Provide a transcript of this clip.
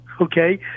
Okay